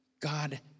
God